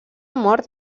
mort